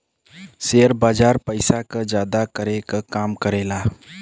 share बाजार पइसा क जादा करे क काम करेला